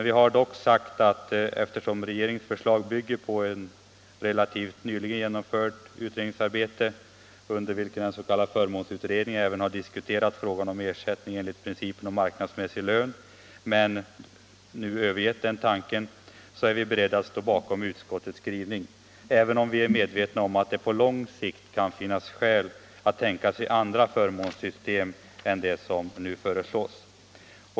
Vi har dock sagt att eftersom regeringens förslag bygger på ett relativt nyligen genomfört utredningsarbete, under vilket den s.k. förmånsutredningen även har diskuterat frågan om ersättningen enligt principen om marknadsmässig lön, men övergett den tanken, så är vi beredda att nu stå bakom utskottets skrivning, även om vi är medvetna om att det på lång sikt kan finnas skäl att tänka sig andra förmånssystem än dem som nu föreslås.